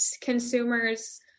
consumers